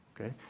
okay